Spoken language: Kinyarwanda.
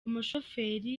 umushoferi